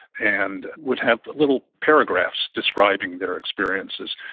and would have but little paragraphs describing their experiences.